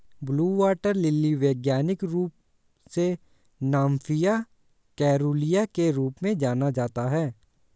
blue water lily वैज्ञानिक रूप से निम्फिया केरूलिया के रूप में जाना जाता है